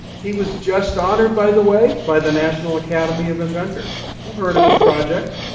he was just honored, by the way, by the national academy of inventors. you've heard of his project,